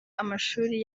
amashuri